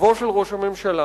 מקורבו של ראש הממשלה,